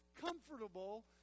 comfortable